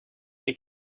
est